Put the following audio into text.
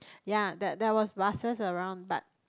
ya there there was buses around but